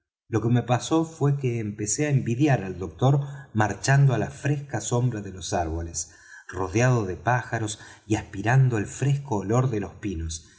lo que me pasó fué que empecé á envidiar al doctor marchando á la fresca sombra de los árboles rodeado de pájaros y aspirando el fresco olor de los pinos